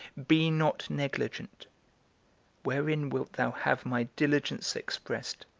be not negligent wherein wilt thou have my diligence expressed?